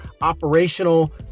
operational